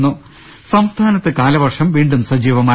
് സംസ്ഥാനത്ത് കാലവർഷം വീണ്ടും സജീവമായി